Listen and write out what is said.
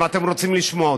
אם אתם רוצים לשמוע אותו.